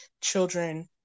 children